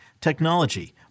technology